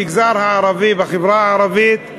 במגזר הערבי, בחברה הערבית,